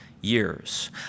years